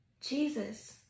Jesus